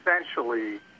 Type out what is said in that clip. essentially